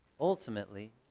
ultimately